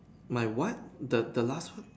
my what the the last one